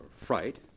fright